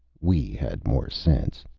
we had more sense.